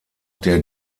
der